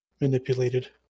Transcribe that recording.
manipulated